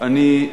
אדוני השר,